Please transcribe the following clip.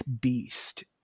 beast